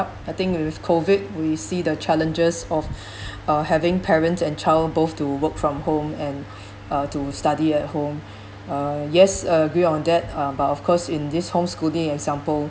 now I think with COVID we see the challenges of having uh parents and child both to work from home and uh to study at home uh yes agree on that uh but of course in this homeschooling example